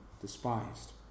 despised